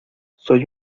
soy